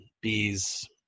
bees